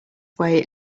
way